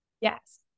Yes